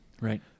Right